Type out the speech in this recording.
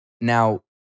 Now